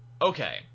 Okay